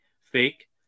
fake